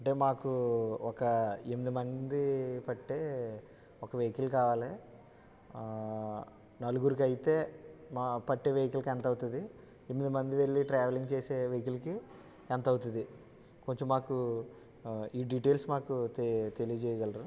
అంటే మాకు ఒక ఎనిమిది మంది పట్టే ఒక వెహికల్ కావాలి నలుగురికి అయితే మా పట్టే వెహికల్కి ఎంత అవుతుంది ఎనిమిది మంది వెళ్ళి ట్రావెలింగ్ చేసే వెహికల్కి ఎంత అవుతుంది కొంచెం మాకు ఈ డీటైల్స్ మాకు తెలియజేయగలరు